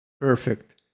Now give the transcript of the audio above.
perfect